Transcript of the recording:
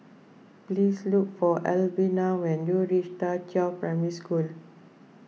please look for Albina when you reach Da Qiao Primary School